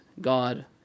God